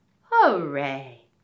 Hooray